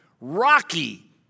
rocky